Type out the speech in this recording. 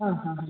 ആ ഹാ